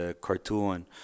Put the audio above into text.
cartoon